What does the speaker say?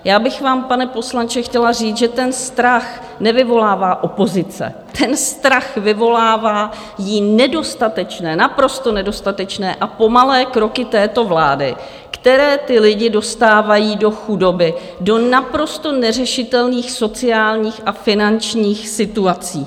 Já bych vám, pane poslanče, chtěla říci, že ten strach nevyvolává opozice, strach vyvolávají nedostatečné, naprosto nedostatečné a pomalé kroky této vlády, které ty lidi dostávají do chudoby, do naprosto neřešitelných sociálních a finančních situací.